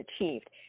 achieved